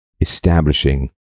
establishing